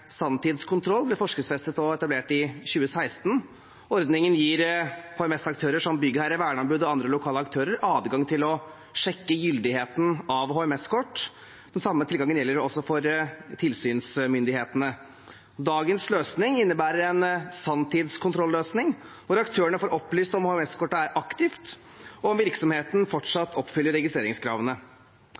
ble forskriftsfestet og etablert i 2016. Ordningen gir HMS-aktører som byggherre, verneombud og andre lokale aktører adgang til å sjekke gyldigheten av HMS-kort. Den samme tilgangen gjelder også for tilsynsmyndighetene. Dagens løsning innebærer en sanntidskontrolløsning, hvor aktørene får opplyst om HMS-kortet er aktivt og om virksomheten fortsatt oppfyller registreringskravene.